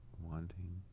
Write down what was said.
wanting